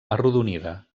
arrodonida